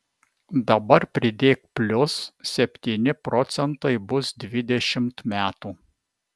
dabar pridėk plius septyni procentai bus dvidešimt metų